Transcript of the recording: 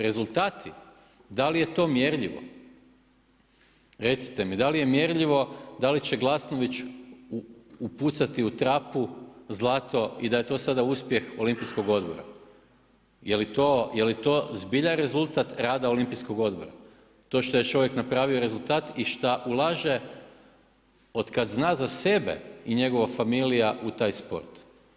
Rezultati da li je to mjerljivo, recite mi, da li je mjerljivo da će Glasnović upucati u trapu zlato i da je to sada uspjeh Olimpijskog odbora jeli to zbilja rezultat rada Olimpijskog odbora to što je čovjek napravio rezultat i šta u laže od kada zna za sebe i njegova familija u taj sport?